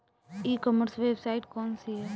ई commerce website कौन सी है?